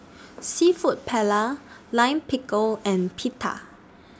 Seafood Paella Lime Pickle and Pita